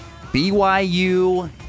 BYU